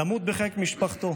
למות בחיק משפחתו.